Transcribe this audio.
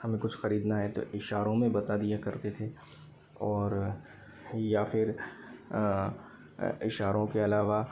हमें कुछ खरीदना है तो इशारों मे बता दिया करते थे और या फिर इशारों के अलावा